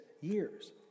years